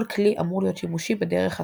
כל כלי אמור להיות שימושי בדרך הצפויה,